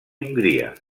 hongria